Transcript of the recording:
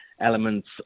elements